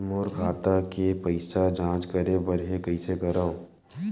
मोर खाता के पईसा के जांच करे बर हे, कइसे करंव?